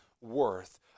worth